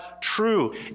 true